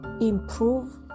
improve